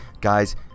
guys